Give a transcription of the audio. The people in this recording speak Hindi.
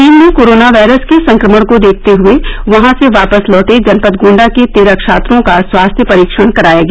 चीन में कोरोना वायरस के संक्रमण को देखते हुए वहां से वापस लौटे जनपद गोंडा के तेरह छात्रों का स्वास्थ्य परीक्षण कराया गया